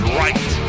right